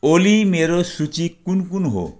ओली मेरो सूची कुन कुन हो